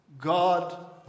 God